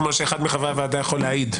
כמו שאחד מחברי הוועדה יכול להעיד.